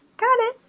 got it.